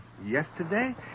Yesterday